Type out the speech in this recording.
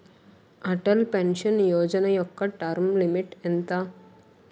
Atal pension Yojana యెక్క term limit ఎంత?